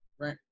Right